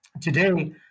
Today